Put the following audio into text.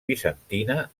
bizantina